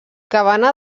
cabana